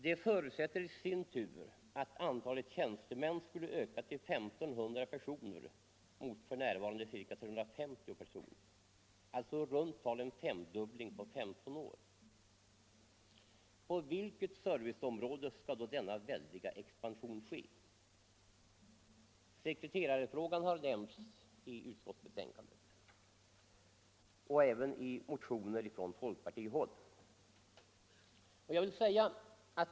Det förutsätter i sin tur att antalet tjänstemän skulle öka till 1 500 personer mot f. n. 350 personer, alltså i runt tal en femdubbling på 15 år. På vilket serviceområde skall då denna väldiga expansion ske? Sekreterarfrågan har nämnts i utskottsbetänkandet och även i motioner från folkpartihåll.